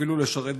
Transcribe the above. אפילו לשרת בצבא,